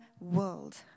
world